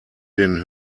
den